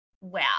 wow